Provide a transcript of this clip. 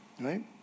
Right